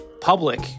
public